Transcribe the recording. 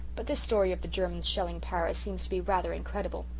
but this story of the germans shelling paris seems to be rather incredible.